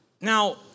Now